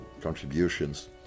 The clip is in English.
contributions